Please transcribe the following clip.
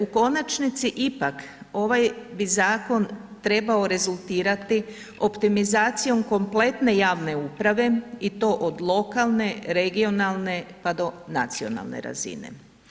U konačnici ipak ovaj bi zakon trebao rezultirati optimizacijom kompletne javne uprave i to od lokalne, regionalne, pa do nacionalne razine.